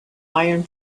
iron